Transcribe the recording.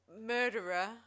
murderer